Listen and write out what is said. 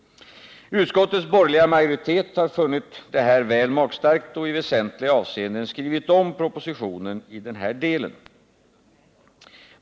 Utskottets borgerliga majoritet har funnit detta väl magstarkt och i väsentliga avseenden skrivit om propositionen i den här delen.